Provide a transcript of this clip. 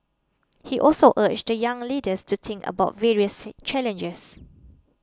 he also urged the young leaders to think about various challenges